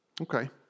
Okay